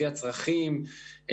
לפי הצרכים,